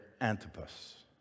Antipas